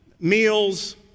meals